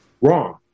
wrong